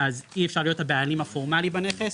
אז אי אפשר להיות הבעלים הפורמליים בנכס,